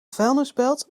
vuilnisbelt